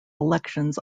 elections